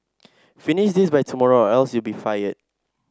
finish this by tomorrow or else you'll be fired